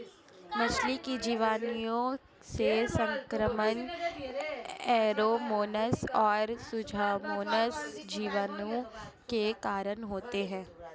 मछली में जीवाणुओं से संक्रमण ऐरोमोनास और सुडोमोनास जीवाणु के कारण होते हैं